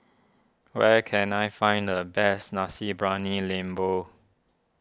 where can I find the best Nasi Briyani Lembu